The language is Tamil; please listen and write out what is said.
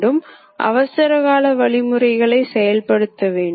எனவே அடிப்படையில் கோ ஆர்டினேட் அமைப்புகளை புரிந்து கொள்ள வேண்டும்